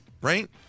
right